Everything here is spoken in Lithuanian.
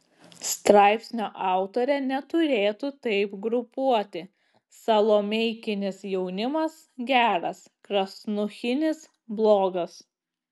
straipsnio autorė neturėtų taip grupuoti salomeikinis jaunimas geras krasnuchinis blogas